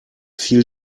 viel